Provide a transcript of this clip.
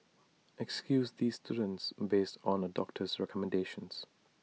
excuse these students based on A doctor's recommendations